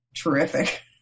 terrific